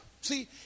see